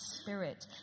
Spirit